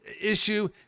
Issue